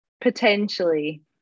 potentially